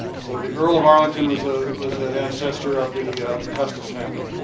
so, the earl of arlington was a, was an ancestor of the the custis family.